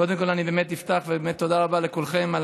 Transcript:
קודם כול אני אפתח בתודה רבה לכולכם על